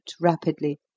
rapidly